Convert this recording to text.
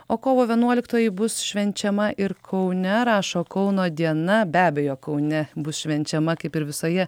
o kovo vienuoliktoji bus švenčiama ir kaune rašo kauno diena be abejo kaune bus švenčiama kaip ir visoje